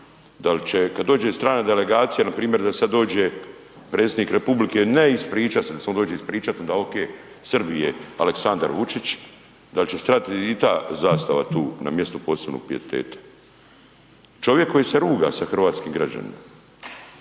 da li će kad dođe strana delegacija npr. da sad dođe predsjednik republike ne ispričat se, da se on dođe ispričati ona ok, Srbije, Aleksandar Vučić, da će stat i ta zastava tu na mjestu posebnog pijeteta. Čovjek koji se ruga sa hrvatskim građanima,